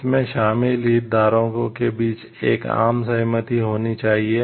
इसमें शामिल हितधारकों के बीच एक आम सहमति होनी चाहिए